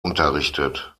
unterrichtet